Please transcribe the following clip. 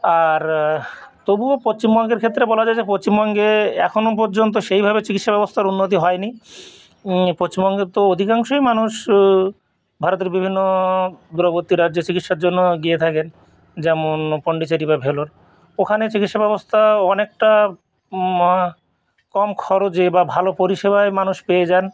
আর তবুও পশ্চিমবঙ্গের ক্ষেত্রে বলা যায় যে পশ্চিমবঙ্গে এখনও পর্যন্ত সেইভাবে চিকিৎসা ব্যবস্থার উন্নতি হয় নি পশ্চিমবঙ্গে তো অধিকাংশই মানুষ ভারতের বিভিন্ন দূরবর্তী রাজ্যে চিকিৎসার জন্য গিয়ে থাকেন যেমন পন্ডিচেরী বা ভেলোর ওখানে চিকিৎসা ব্যবস্থা অনেকটা মো কম খরযে বা ভালো পরিষেবায় মানুষ পেয়ে যান